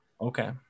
okay